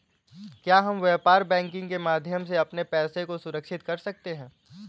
क्या हम व्यापार बैंकिंग के माध्यम से अपने पैसे को सुरक्षित कर सकते हैं?